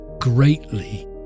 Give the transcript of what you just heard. greatly